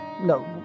No